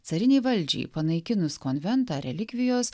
carinei valdžiai panaikinus konventą relikvijos